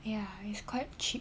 ya it's quite cheap